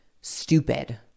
stupid